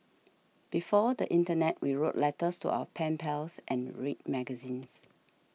before the internet we wrote letters to our pen pals and read magazines